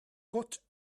got